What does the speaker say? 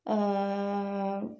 ଆଁ